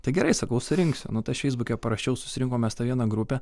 tai gerai sakau surinksiu nu tai aš feisbuke parašiau susirinkom mes tą vieną grupę